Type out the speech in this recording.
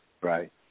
Right